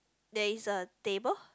there is a table